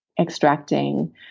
extracting